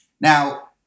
Now